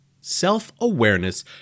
Self-awareness